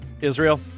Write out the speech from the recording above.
Israel